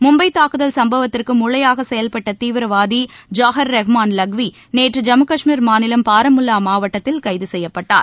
மும்பை தாக்குதல் சம்பவத்திற்கு மூளையாக செயல்பட்ட தீவிரவாதி ஜாகீர் ரெஹ்மான் லக்வி நேற்று ஜம்மு கஷ்மீர் மாநிலம் பாரமுல்லா மாவட்டத்தில் கைது செய்யப்பட்டார்